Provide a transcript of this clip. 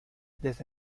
desde